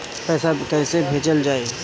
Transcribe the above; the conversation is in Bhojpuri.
पैसा कैसे भेजल जाइ?